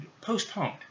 Postponed